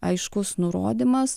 aiškus nurodymas